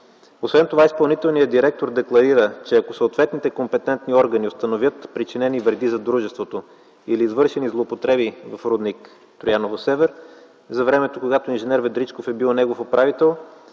Освен това изпълнителният директор декларира, че ако съответните компетентни органи установят причинени вреди за дружеството или извършени злоупотреби в рудник „Трояново-север” за времето, когато инженер Ведричков е бил негов управител,